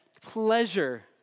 pleasure